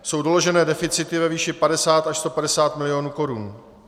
Jsou doloženy deficity ve výši 50 až 150 mil. korun.